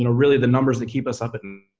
you know really the numbers that keep us up at and